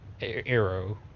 Arrow